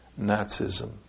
Nazism